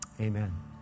amen